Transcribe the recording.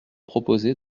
proposé